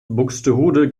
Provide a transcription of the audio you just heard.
buxtehude